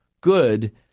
good